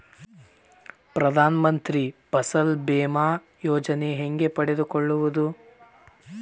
ಪ್ರಧಾನ ಮಂತ್ರಿ ಫಸಲ್ ಭೇಮಾ ಯೋಜನೆ ಹೆಂಗೆ ಪಡೆದುಕೊಳ್ಳುವುದು?